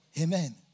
Amen